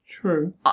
True